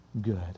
good